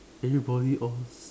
eh you Poly or